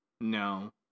no